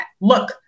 look